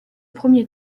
premier